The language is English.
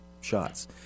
shots